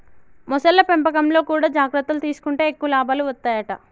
మొసళ్ల పెంపకంలో కూడా జాగ్రత్తలు తీసుకుంటే ఎక్కువ లాభాలు వత్తాయట